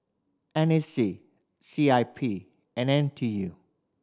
N A C C I P and N T U